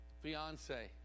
fiance